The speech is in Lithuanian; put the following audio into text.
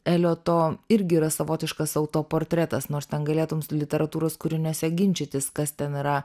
elioto irgi yra savotiškas autoportretas nors ten galėtum su literatūros kūriniuose ginčytis kas ten yra